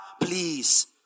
please